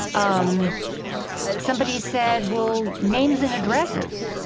um ah somebody said, well, names and addresses.